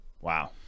Wow